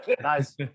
Nice